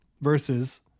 versus